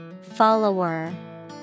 Follower